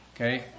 Okay